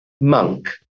monk